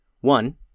One